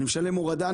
אני משלם הורדה,